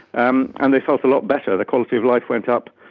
um and they felt a lot better, their quality of life went up.